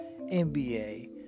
NBA